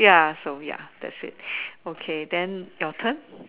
ya so ya that's it okay then your turn